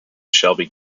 shelby